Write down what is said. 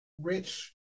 rich